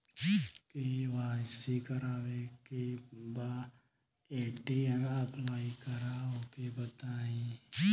KYC करावे के बा ए.टी.एम अप्लाई करा ओके बताई?